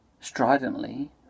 stridently